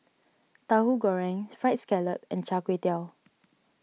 Tauhu Goreng Fried Scallop and Char Kway Teow